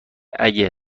اگه